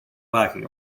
lacking